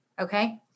okay